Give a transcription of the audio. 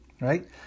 right